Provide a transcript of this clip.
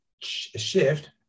shift